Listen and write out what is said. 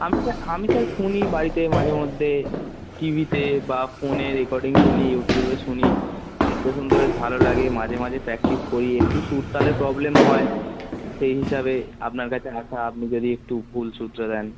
আমি স্যার আমি স্যার ফোনেই বাড়িতে মাঝের মধ্যে টি ভিতে বা ফোনে রেকর্ডিং শুনি ইউটিউবে শুনি শুনতে শুনতে বেশ ভালো লাগে মাঝে মাঝে প্র্যাক্টিস করি একটু সুর তাহলে প্রবলেম হয় সেই হিসাবে আপনার কাছে আসা আপনি যদি একটু ভুল শুধরে দেন